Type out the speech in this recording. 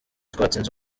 twatsinze